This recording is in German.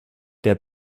der